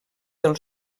del